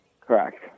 Correct